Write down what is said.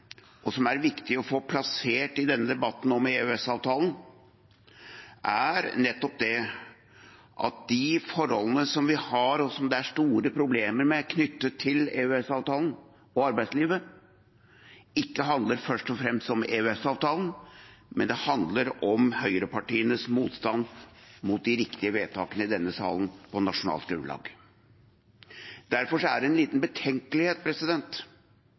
er viktig å få plassert i denne debatten om EØS-avtalen, er nettopp det at de forholdene som vi har, og som det er store problemer med knyttet til EØS-avtalen og arbeidslivet, ikke først og fremst handler om EØS-avtalen, men om høyrepartienes motstand mot de riktige vedtakene i denne salen på nasjonalt grunnlag. Derfor er det en liten betenkelighet